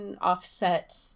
Offset